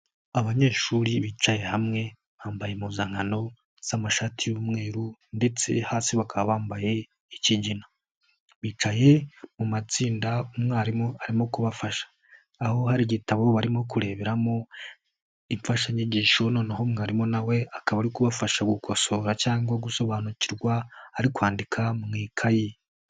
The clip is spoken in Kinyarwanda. Abanyeshuri bicaye hamwe bambaye impuzankano z'amashati y'umweru ndetse hasi bakaba bambaye ikigina, bicaye mu matsinda umwarimu arimo kubafasha, aho hari igitabo barimo kureberamo imfashanyigisho noneho mwarimu nawe akaba ari kubafasha gukosora cyangwa gusobanukirwa ari kwandika mu ikayi.